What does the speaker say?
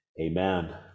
Amen